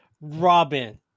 Robin